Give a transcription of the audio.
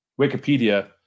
Wikipedia